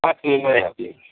पाच रूम आहे आपली